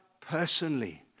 personally